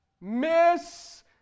miss